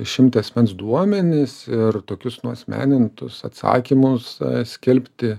išimti asmens duomenis ir tokius nuasmenintus atsakymus skelbti